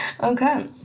okay